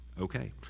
okay